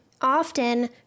Often